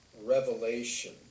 Revelation